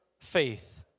faith